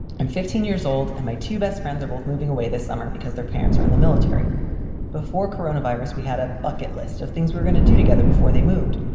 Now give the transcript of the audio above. i'm fifteen years old and my two best friends are both moving away this summer because their parents are in the military before coronavirus. we had a bucket list of things we're gonna do together before they moved.